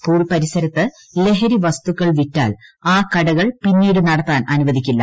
school പരിസരത്ത് ലഹരി വസ്തുക്കൾ വിറ്റാൽ ആ കടകൾ പിന്നീട് നടത്താൻ അനുവദിക്കില്ല